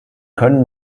können